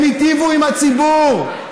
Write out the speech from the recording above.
הם היטיבו עם הציבור,